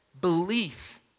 belief